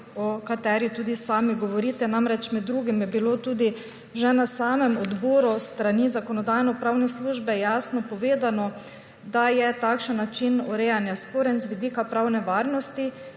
o kateri tudi sami govorite. Med drugim je bilo tudi že na samem odboru s strani Zakonodajno-pravne službe jasno povedano, da je takšen način urejanja sporen z vidika pravne varnosti